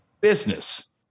business